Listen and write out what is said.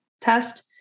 test